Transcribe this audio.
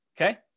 okay